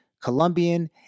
Colombian